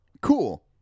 cool